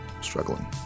struggling